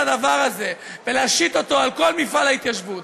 הדבר הזה ולהשית אותו על כל מפעל ההתיישבות,